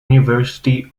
university